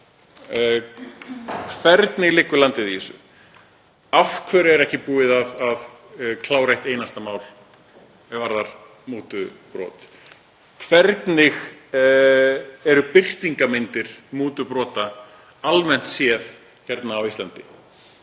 Hvernig liggur landið í þessu? Af hverju er ekki búið að klára eitt einasta mál er varðar mútubrot? Hvernig eru birtingarmyndir mútubrota almennt séð á Íslandi?